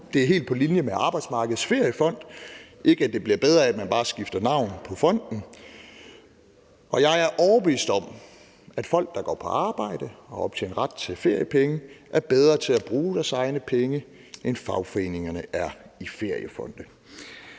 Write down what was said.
Det er helt på linje med Arbejdsmarkedets Feriefond – ikke at det bliver bedre af, at man bare skifter navn på fonden. Jeg er overbevist om, at folk, der går på arbejde og optjener ret til feriepenge, er bedre til at bruge deres egne penge, end fagforeningerne er i feriefonde.